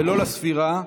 ולא לספירה,